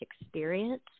experience